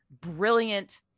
brilliant